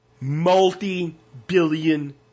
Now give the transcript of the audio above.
Multi-billion